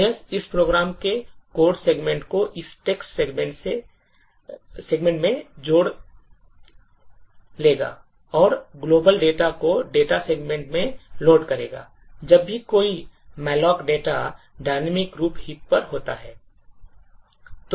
OS इस program के code segment को इस text सेगमेंट में लोड करेगा और यह global data को data सेगमेंट में लोड करेगा जब भी कोई malloc data dynamic रूप heap पर होता है